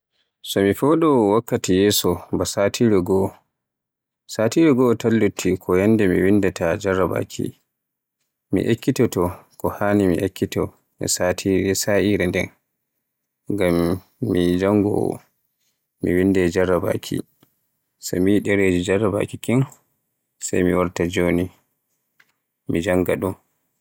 So mi fodowo wakkati yeso ba satire goo, satare goo tan lutti ko yannda mi windaata ta jarrabaaki. Mi ekkito ko haani mi ekkito satire nden ngam min mi jangowo. Mi windaay jarrrabaki, so kiyi ɗereji jarrabaaki kin sai mi warta joni mi jannga ɗun.